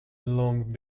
long